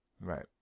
Right